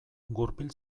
gurpil